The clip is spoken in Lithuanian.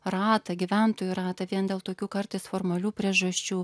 ratą gyventojų ratą vien dėl tokių kartais formalių priežasčių